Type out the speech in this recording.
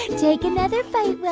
and take another bite,